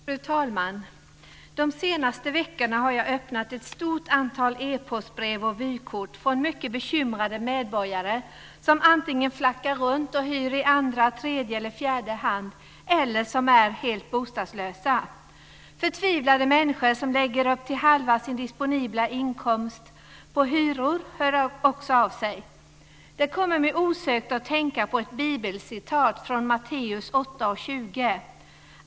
Fru talman! De senaste veckorna har jag öppnat ett stort antal e-postbrev och vykort från mycket bekymrade medborgare som antingen flackar runt och hyr i andra, tredje eller fjärde hand eller som är helt bostadslösa. Förtvivlade människor som lägger upp till halva sin disponibla inkomst på hyror hör också av sig. Det kommer mig osökt att tänkta på ett bibelcitat från Matteus 8:20.